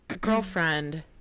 Girlfriend